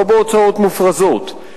ולא בהוצאות מופרזות,